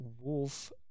Wolf